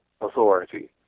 authority